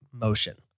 motion